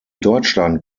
deutschland